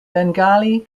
bengali